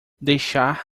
deixar